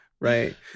Right